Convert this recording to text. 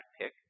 pick